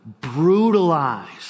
Brutalized